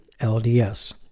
LDS